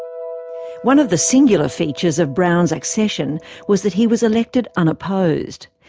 one of the singular features of brown's accession was that he was elected unopposed.